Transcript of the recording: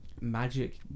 magic